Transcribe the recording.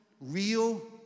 real